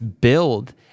build